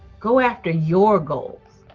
go after your goals.